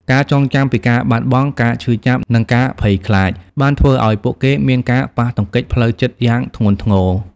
ការចងចាំពីការបាត់បង់ ការឈឺចាប់ និងការភ័យខ្លាចបានធ្វើឲ្យពួកគេមានការប៉ះទង្គិចផ្លូវចិត្តយ៉ាងធ្ងន់ធ្ងរ។